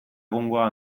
egungoa